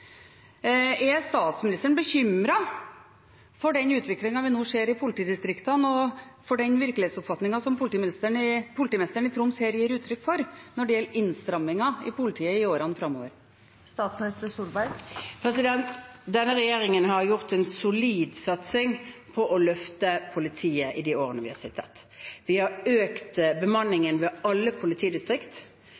Er statsministeren bekymret for den utviklingen vi nå ser i politidistriktene, og for den virkelighetsoppfatningen som politimesteren i Troms her gir uttrykk for når det gjelder innstramminger i politiet i årene framover? Denne regjeringen har hatt en solid satsing på å løfte politiet i de årene vi har sittet. Vi har økt